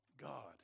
God